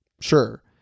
Sure